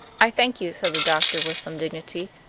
i thank you, said the doctor, with some dignity.